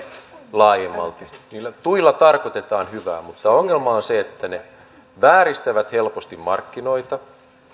laajemmalti niillä tuilla tarkoitetaan hyvää mutta ongelma on se että ne vääristävät helposti markkinoita